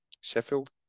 Sheffield